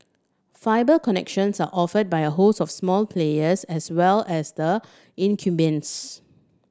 fibre connections are offered by a host of small players as well as the incumbents